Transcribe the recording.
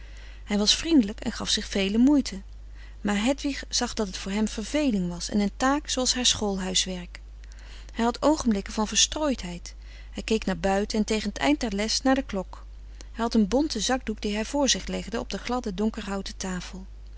hij was vriendelijk en gaf zich vele moeiten maar hedwig zag dat het voor hem verveling was en een taak zooals haar schoolhuiswerk hij had oogenblikken van verstrooidfrederik van eeden van de koele meren des doods heid hij keek naar buiten en tegen t eind der les naar de klok hij had een bonten zakdoek die hij voor zich legde op de gladde donkerhouten tafel